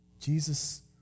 Jesus